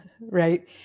right